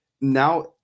now